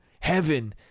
Heaven